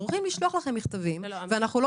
טורחים לשלוח לכם מכתבים ואנחנו לא